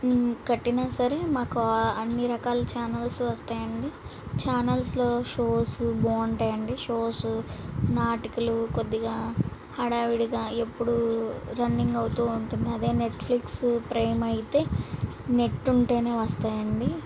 కట్టినా సరే మాకు అన్ని రకాల ఛానల్స్ వస్తాయండి ఛానల్స్లో షోస్ బాగుంటాయి అండి షోస్ నాటికలు కొద్దిగా హడావిడిగా ఎప్పుడూ రన్నింగ్ అవుతూ ఉంటుంది అదే నెట్ఫ్లిక్స్ ప్రైమైతే నెట్ ఉంటేనే వస్తాయండి